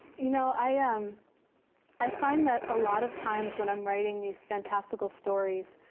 you know i um i find that a lot of times when i'm writing these fantastical stories,